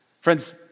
Friends